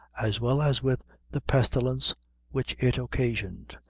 as well as with the pestilence which it occasioned,